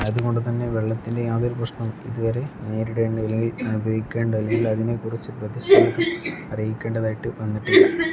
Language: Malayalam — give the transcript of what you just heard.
അയതുകൊണ്ട് തന്നെ വെള്ളത്തിൻ്റെ യാതൊരു പ്രശ്നവും ഇതുവരെ നേരിടേണ്ടിയല്ലെങ്കിൽ അനുഭവിക്കേണ്ടി വന്നിട്ടില്ല അതിനെക്കുറിച്ച് പ്രതിഷേധം അറിയിക്കേണ്ടതായിട്ട് വന്നിട്ടുമില്ല